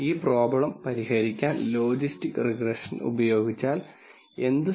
ഈ പ്രോബ്ലം പരിഹരിക്കാൻ logistic regression ഉപയോഗിച്ചാൽ എന്ത് സംഭവിക്കുമെന്ന് നമുക്ക് നോക്കാം